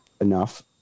enough